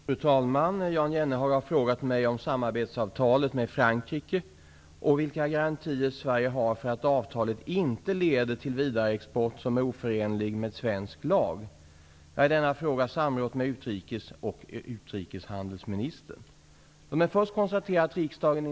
Fru talman! Jan Jennehag har frågat mig om samarbetsavtalet med Frankrike och vilka garantier Sverige har för att avtalet inte leder till vidareexport som är oförenlig med svensk lag. Jag har i denna fråga samrått med utrikes och utrikeshandelsministern.